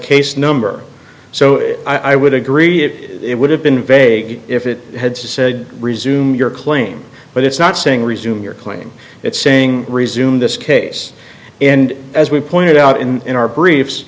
case number so i would agree it it would have been vague if it had said resume your claim but it's not saying resume your claim it's saying resume this case and as we pointed out in in our briefs